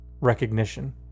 recognition